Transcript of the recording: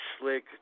Slick